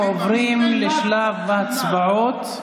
אנחנו עוברים לשלב ההצבעות.